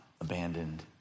abandoned